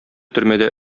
төрмәдә